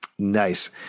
nice